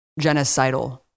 genocidal